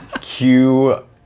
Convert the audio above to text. Cue